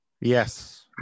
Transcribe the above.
yes